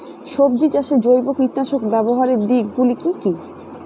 সবজি চাষে জৈব কীটনাশক ব্যাবহারের দিক গুলি কি কী?